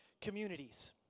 communities